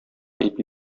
ипи